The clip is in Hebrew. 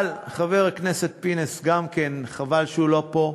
אבל, חבר הכנסת, חבל שגם הוא לא פה,